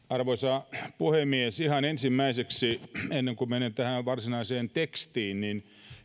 arvoisa puhemies ihan ensimmäiseksi ennen kuin menen tähän varsinaiseen tekstiin